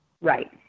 Right